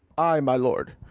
ay, my lord,